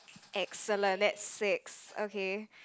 excellent that's six okay